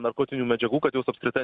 narkotinių medžiagų kad jos apskritai